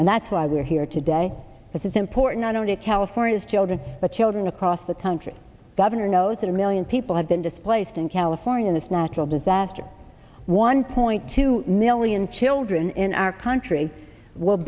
and that's why we're here today which is important not only california's children but children across the country governor knows that a million people have been displaced in california this natural disaster one point two million children in our country will